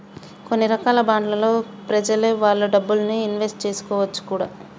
కొన్ని రకాల బాండ్లలో ప్రెజలు వాళ్ళ డబ్బుల్ని ఇన్వెస్ట్ చేసుకోవచ్చును కూడా